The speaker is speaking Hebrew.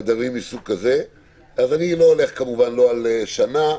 אני לא הולך כמובן לא על שנה,